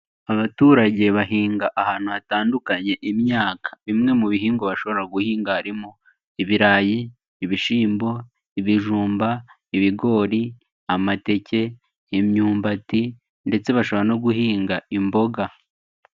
Abaturage bahinga ahantu hatandukanye imyaka, bimwe mu bihingwa bashobora guhinga harimo; ibirayi, ibishyimbo, ibijumba, ibigori, amateke, imyumbati, ndetse bashobora no guhinga imboga.